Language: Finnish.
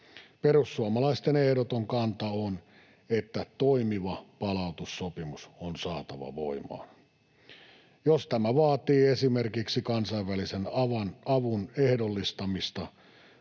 Perussuomalaisten ehdoton kanta on, että toimiva palautussopimus on saatava voimaan. Jos tämä vaatii esimerkiksi kansainvälisen avun ehdollistamista